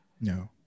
No